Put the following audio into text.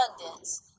abundance